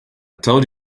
told